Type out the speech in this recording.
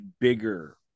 bigger